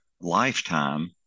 lifetime